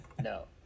no